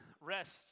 rest